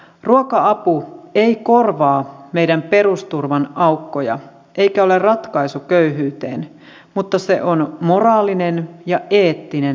ruoka apu ei korvaa meidän perusturvamme aukkoja eikä ole ratkaisu köyhyyteen mutta se on moraalinen ja eettinen päätös